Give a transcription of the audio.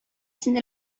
син